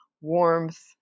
warmth